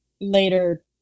later